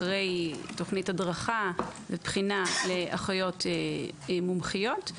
אחרי תכנית הדרכה ובחינה לאחיות מומחיות,